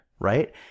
right